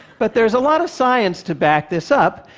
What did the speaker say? but there's a lot of science to back this up,